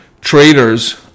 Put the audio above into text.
traders